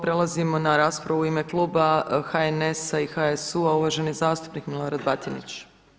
Prelazimo na raspravu u ime kluba HNS-a i HSU-a uvaženi zastupnik Milorad Batinić.